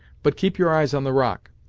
but keep your eyes on the rock,